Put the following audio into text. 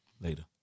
later